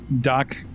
Doc